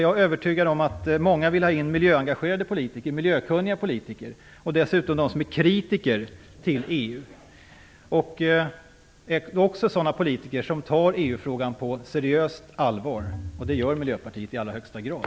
Jag är övertygad om att många vill ha in miljöengagerade och miljökunniga politiker och dessutom de som är kritiker till EU. Jag tror att man vill ha politiker som tar EU-frågan på allvar. Det gör Miljöpartiet i allra högsta grad.